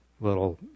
little